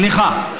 סליחה.